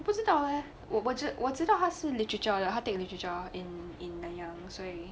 不知道 leh 我知我知道她是 literature 来的他 take literature in in Nanyang 所以